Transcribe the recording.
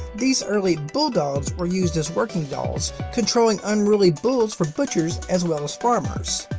these early bulldogs were used as working dogs, controlling unruly bulls for butchers as well as farmers.